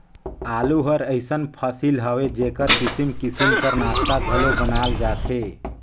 आलू हर अइसन फसिल हवे जेकर किसिम किसिम कर नास्ता घलो बनाल जाथे